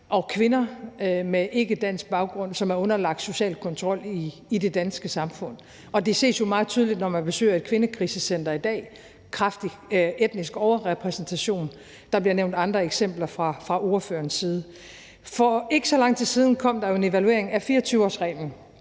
og kvinder med ikkedansk baggrund, som er underlagt social kontrol. Det ses jo meget tydeligt, når man besøger et kvindekrisecenter i dag, for der er en kraftig etnisk overrepræsentation, og der bliver også nævnt andre eksempler fra ordførerens side. For ikke så lang tid siden kom der en evaluering af 24-årsreglen,